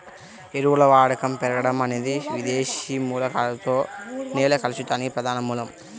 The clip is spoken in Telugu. ఎరువుల వాడకం పెరగడం అనేది విదేశీ మూలకాలతో నేల కలుషితానికి ప్రధాన మూలం